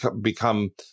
become